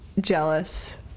jealous